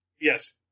Yes